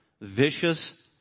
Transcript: Vicious